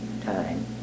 time